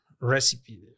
recipe